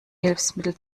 hilfsmittel